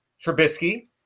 Trubisky